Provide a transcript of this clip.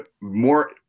more